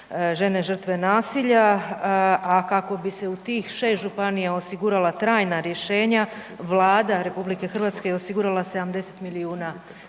žene žrtve nasilja, a kako bi se u tih 6 županija osigurala trajna rješenja Vlada Republike Hrvatske je osigurala 70 milijuna